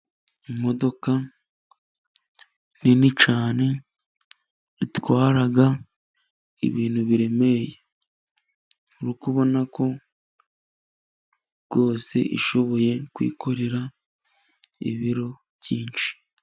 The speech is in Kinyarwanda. Imodoka nini cyane yatwara ibintu biremereye, ubona ko rwose ishoboye kwikorera ibiro byinshi.